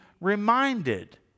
reminded